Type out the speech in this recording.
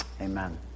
amen